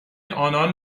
آنان